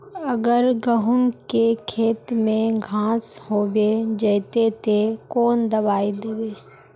अगर गहुम के खेत में घांस होबे जयते ते कौन दबाई दबे?